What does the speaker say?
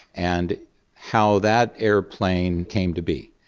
and how that aeroplane came to be,